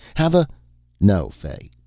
have a no, fay,